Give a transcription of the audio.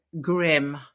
grim